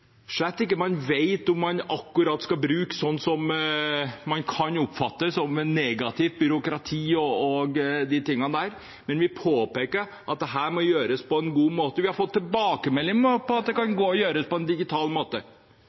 slett ikke vet om skal brukes slik at det kan oppfattes som negativt byråkrati. Vi påpeker at dette må gjøres på en god måte. Vi har fått tilbakemeldinger om at det kan gjøres på en digital måte,